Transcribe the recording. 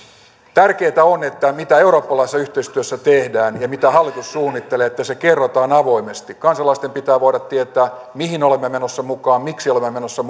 tärkeätä on että se mitä eurooppalaisessa yhteistyössä tehdään ja mitä hallitus suunnittelee kerrotaan avoimesti kansalaisten pitää voida tietää mihin olemme menossa mukaan miksi olemme menossa